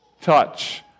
touch